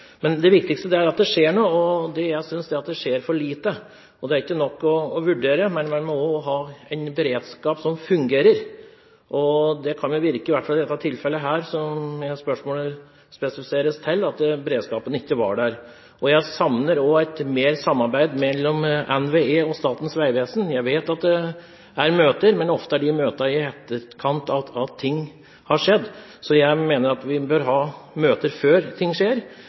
Men det viktigste er at det skjer noe, og jeg synes det skjer for lite. Det er ikke nok å vurdere, men vi må også ha en beredskap som fungerer. Her kan det virke som om, i hvert fall i dette tilfellet som det refereres til i spørsmålet, beredskapen ikke var der. Jeg savner også et bedre samarbeid mellom NVE og Statens vegvesen. Jeg vet at det er møter, men ofte er de møtene i etterkant av at ting har skjedd. Jeg mener vi bør ha møter før ting skjer.